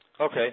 Okay